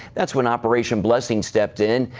that's when operation blessing stepped in.